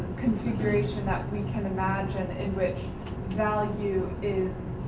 configuration that we can imagine in which value is,